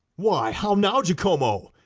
why, how now, jacomo!